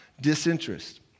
disinterest